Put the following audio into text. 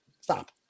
stop